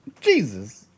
Jesus